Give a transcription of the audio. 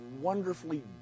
wonderfully